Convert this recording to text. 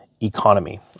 economy